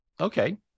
okay